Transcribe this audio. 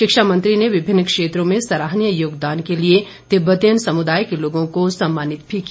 शिक्षा मंत्री ने विभिन्न क्षेत्रों में सराहनीय योगदान के लिए तिब्बतीयन समुदाय के लोगों को भी सम्मानित किया